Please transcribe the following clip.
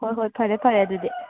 ꯍꯣꯏ ꯍꯣꯏ ꯐꯔꯦ ꯐꯔꯦ ꯑꯗꯨꯗꯤ